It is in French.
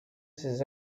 ces